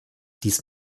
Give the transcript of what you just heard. dies